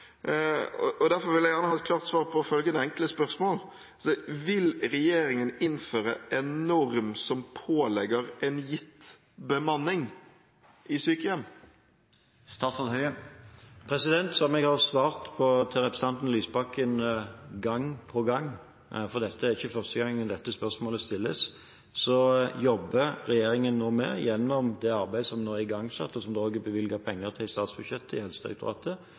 Derfor vil jeg gjerne ha et klart svar på følgende enkle spørsmål: Vil regjeringen innføre en norm som pålegger en gitt bemanning på sykehjem? Som jeg har svart representanten Lysbakken gang på gang – for det er ikke første gangen dette spørsmålet stilles – jobber regjeringen nå med en trygghetsstandard for sykehjem gjennom det arbeidet som er igangsatt, og som det også er bevilget penger til i statsbudsjettet for Helsedirektoratet.